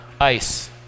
ice